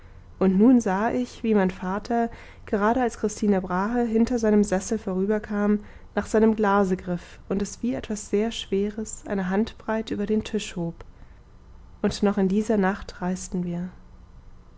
und nun sah ich wie mein vater gerade als christine brahe hinter seinem sessel vorüberkam nach seinem glase griff und es wie etwas sehr schweres eine handbreit über den tisch hob und noch in dieser nacht reisten wir